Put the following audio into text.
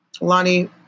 Lonnie